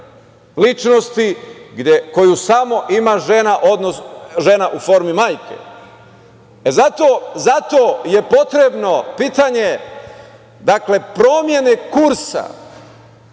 ličnosti koju samo ima žena u formi majke. Zato je potrebno pitanje promene kursa